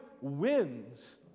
wins